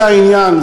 זה העניין.